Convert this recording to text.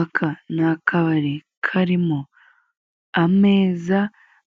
Aka ni akabari karimo ameza